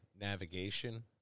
navigation